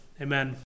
amen